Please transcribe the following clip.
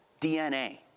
DNA